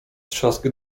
trzask